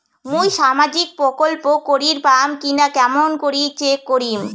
মুই সামাজিক প্রকল্প করির পাম কিনা কেমন করি চেক করিম?